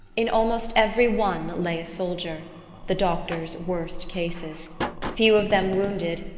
in almost every one lay a soldier the doctor's worst cases few of them wounded,